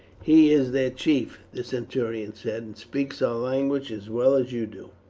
he is their chief, the centurion said, and speaks our language as well as you do.